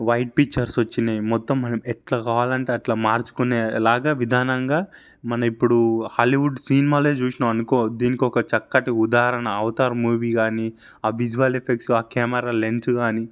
white pictures వచ్చినాయి మొత్తం మనం ఎట్లా కావాలంటే అట్లా మార్చుకునే లాగా విధానంగా మనం ఇప్పుడూ హాలీవుడ్ సినిమాల్లో చూసినం అనుకో దీని ఒక చక్కటి ఉదాహరణ అవతార్ మూవీ కానీ ఆ విజువల్ ఎఫెక్ట్స్ ఆ కెమెరా లెన్సు కానీ